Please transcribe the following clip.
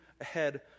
ahead